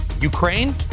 Ukraine